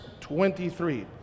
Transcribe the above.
23